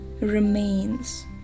remains